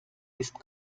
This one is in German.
ist